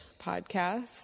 podcast